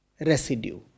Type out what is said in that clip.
residue